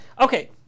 Okay